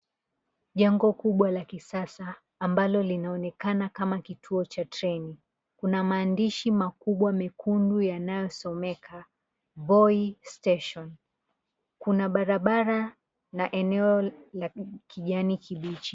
Jengo kubwa la kisasa ambalo linaonekana kama kituo cha treni. Kuna maandishi makubwa mekundu yanayosomeka Voi Station. Kuna barabara na eneo la kijani kibichi.